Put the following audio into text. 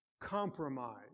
compromise